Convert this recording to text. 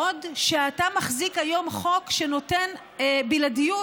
בעוד שאתה מחזיק היום חוק שנותן בלעדיות